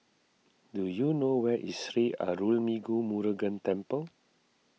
do you know where is Sri Arulmigu Murugan Temple